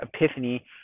epiphany